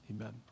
Amen